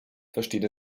versteht